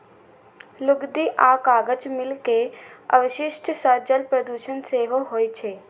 लुगदी आ कागज मिल के अवशिष्ट सं जल प्रदूषण सेहो होइ छै